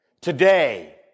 today